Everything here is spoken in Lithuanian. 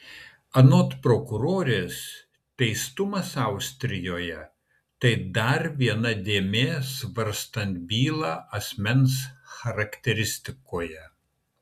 anot prokurorės teistumas austrijoje tai dar viena dėmė svarstant bylą asmens charakteristikoje